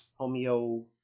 homeo